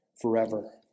forever